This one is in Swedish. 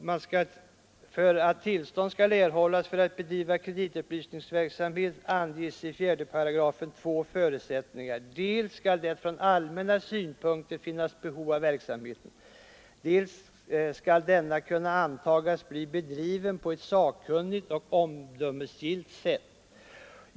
För att tillstånd skall erhållas för att bedriva kreditupplysningsverksamhet anges i 4 8 två förutsättningar. Dels skall det från allmänna synpunkter finnas behov av verksamheten, dels skall denna kunna antagas bli bedriven på ett sakkunnigt och omdömesgillt sätt.